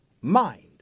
mind